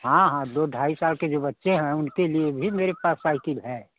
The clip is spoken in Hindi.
हाँ हाँ दो ढ़ाई साल के जो बच्चे हैं उनके लिए भी मेरे पास साइकिल है